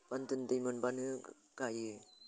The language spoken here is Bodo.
बान्दोनि दै मोनब्लानो गायो